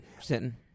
sitting